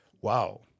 wow